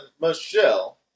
Michelle